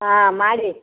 ಹಾಂ ಮಾಡಿ